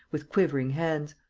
with quivering hands.